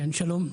שלום,